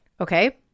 Okay